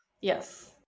Yes